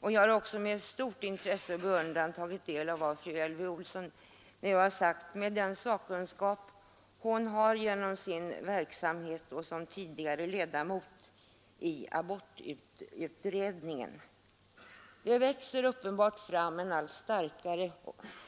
Men jag har också med stort intresse och med beundran tagit del av vad fru Elvy Olsson i Hölö har sagt med den sakkunskap hon har genom sin verksamhet och som tidigare ledamot av abortutredningen. Det växer uppenbart fram en allt starkare